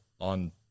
on